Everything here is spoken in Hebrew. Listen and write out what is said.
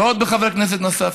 ובעוד חבר כנסת נוסף.